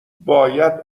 باید